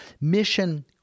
mission